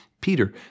Peter